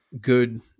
good